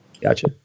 gotcha